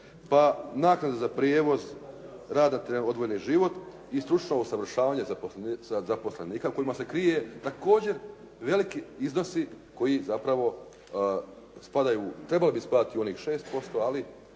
pa naknade za prijevoz rada te na odvojeni život i stručno usavršavanje zaposlenika kojima se krije također veliki iznosi koji zapravo spadaju, trebali bi spadati u onih 6%, ali